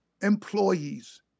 employees